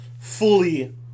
fully